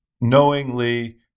knowingly